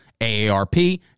AARP